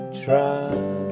try